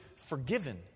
forgiven